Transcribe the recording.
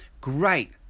great